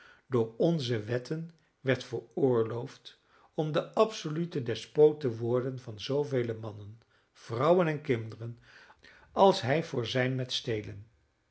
door onze wetten werd veroorloofd om de absolute despoot te worden van zoovele mannen vrouwen en kinderen als hij voor zijn met stelen